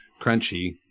crunchy